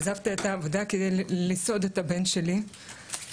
עזבתי את העבודה כדי לסעוד את הבן שלי והייתי